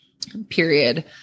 period